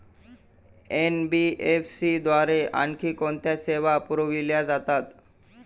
NBFC द्वारे आणखी कोणत्या सेवा पुरविल्या जातात?